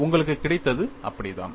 உங்களுக்கு கிடைத்தது அப்படித்தான்